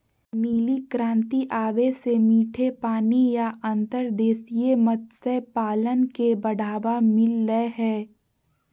नीली क्रांति आवे से मीठे पानी या अंतर्देशीय मत्स्य पालन के बढ़ावा मिल लय हय